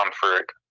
comfort